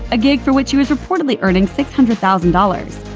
a gig for which she was reportedly earning six hundred thousand dollars.